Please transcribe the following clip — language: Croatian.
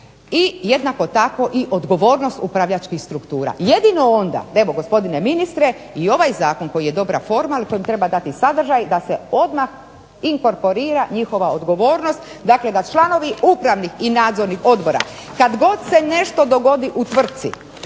i jednako tako i odgovornost upravljačkih struktura. Jedino onda, evo gospodine ministre, i ovaj zakon koji je dobra forma ali kojem treba dati sadržaj, da se odmah inkorporira njihova odgovornost, dakle da članovi upravnih i nadzornih odbora kad god se nešto dogodi u tvrtci,